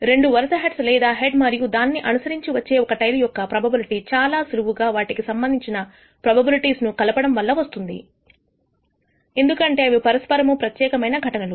రెండు వరుస హెడ్స్ లేదా ఒక హెడ్ మరియు దానిని అనుసరించి వచ్చే ఒక టెయిల్ యొక్క ప్రోబబిలిటీ చాలా సులువుగా వాటికి సంబంధించిన ప్రోబబిలిటీస్ లను కలపడం వల్ల వస్తుంది ఎందుకంటే అవి పరస్పరము ప్రత్యేకమైన ఘటనలు